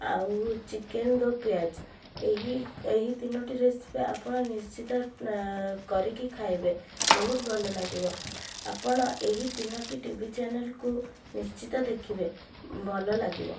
ଆଉ ଚିକେନ୍ ଦୋ ପିଆଜ୍ ଏହି ଏହି ତିନୋଟି ରେସିପି ଆପଣ ନିଶ୍ଚିତ କରିକି ଖାଇବେ ବହୁତ ଭଲ ଲାଗିବ ଆପଣ ଏହି ତିନୋଟି ଟିଭି ଚ୍ୟାନେଲ୍କୁ ନିଶ୍ଚିତ ଦେଖିବେ ଭଲ ଲାଗିବ